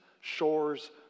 shores